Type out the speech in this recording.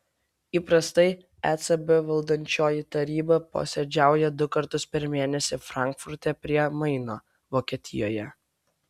įprastai ecb valdančioji taryba posėdžiauja du kartus per mėnesį frankfurte prie maino vokietijoje